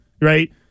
Right